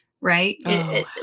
Right